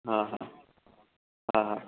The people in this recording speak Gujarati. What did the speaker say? હા હા હા